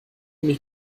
mich